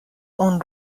اون